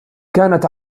كانت